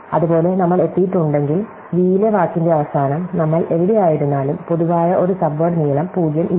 അതുപോലെ നമ്മൾ എത്തിയിട്ടുണ്ടെങ്കിൽ v ലെ വാക്കിന്റെ അവസാനം നമ്മൾ എവിടെയായിരുന്നാലും പൊതുവായ ഒരു സബ്വേഡ് നീളം 0 ഇല്ല